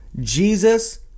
Jesus